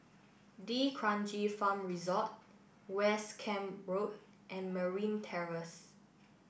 D'Kranji Farm Resort West Camp Road and Merryn Terrace